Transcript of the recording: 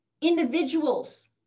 Individuals